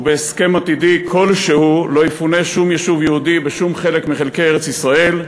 ובהסכם עתידי כלשהו לא יפונה שום יישוב יהודי בשום חלק מחלקי ארץ-ישראל,